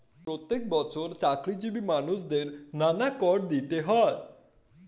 প্রত্যেক বছর চাকরিজীবী মানুষদের নানা কর দিতে হয়